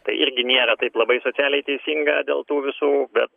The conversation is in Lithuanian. tai irgi nėra taip labai socialiai teisinga dėl tų visų bet